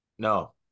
No